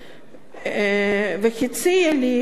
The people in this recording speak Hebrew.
והציע לי לדחות את